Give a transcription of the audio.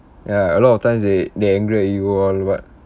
ya a lot of times they they angry at you all [what]